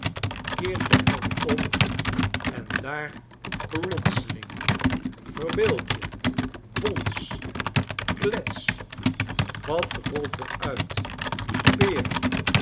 keert den helm om en daar plotseling verbeeld je bons klets wat rolt er uit peren